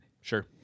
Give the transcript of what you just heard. Sure